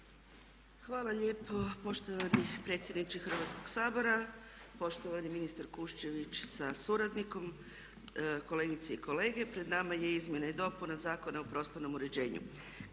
Hvala lijepo poštovani predsjedniče Hrvatskog sabora, poštovani ministre Kuščević sa suradnikom, kolegice i kolege pred nama je Izmjena i dopuna Zakona o prostornom uređenju.